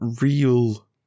Real